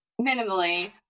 Minimally